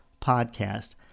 podcast